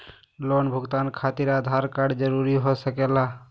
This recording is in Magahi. लोन भुगतान खातिर आधार कार्ड जरूरी हो सके ला?